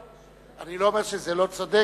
אני לא אומר שזה לא צודק,